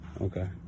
Okay